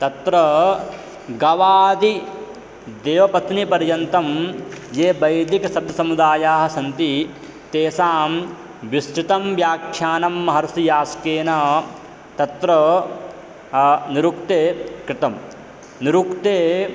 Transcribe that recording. तत्र गवादि देवपत्नीपर्यन्तं ये वैदिकशब्दसमुदायाः सन्ति तेषां विस्तृतं व्याख्यानं महर्षिः यास्केन तत्र निरुक्ते कृतं निरुक्ते